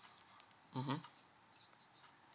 mmhmm